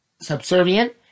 subservient